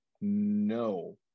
No